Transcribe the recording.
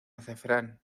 azafrán